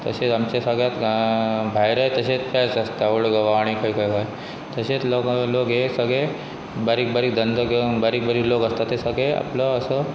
तशेंच आमच्या सगळ्यांत भायर तशेच पेच आसता ओड गोवा आनी खंय खंय खंय तशेंच ल लोक हे सगळे बारीक बारीक धंदो घेवन बारीक बारीक लोक आसता ते सगळें आपलो असो